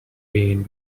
rain